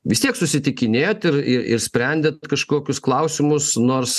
vis tiek susitikinėjot ir ir sprendėt kažkokius klausimus nors